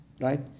right